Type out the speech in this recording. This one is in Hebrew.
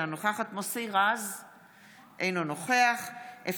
אינה נוכחת מוסי רז,